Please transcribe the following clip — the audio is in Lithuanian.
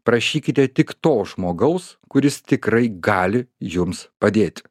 prašykite tik to žmogaus kuris tikrai gali jums padėti